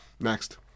next